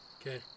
Okay